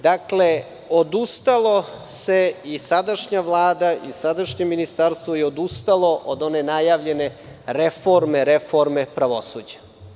Dakle, odustalo se, i sadašnja Vlada i sadašnje Ministarstvo je odustalo od one najavljene reforme „reforme“ pravosuđa.